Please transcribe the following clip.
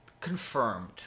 confirmed